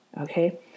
Okay